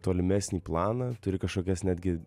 tolimesnį planą turi kažkokias netgi